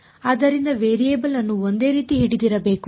ಆದ್ದರಿಂದ ವೇರಿಯೇಬಲ್ ಅನ್ನು ಒಂದೇ ರೀತಿ ಹಿಡಿದಿರಬೇಕು